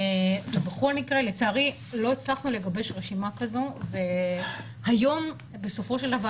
בכל מקרה לצערי לא הצלחנו לגבש רשימה כזו והיום בסופו של דבר